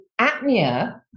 apnea